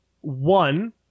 one-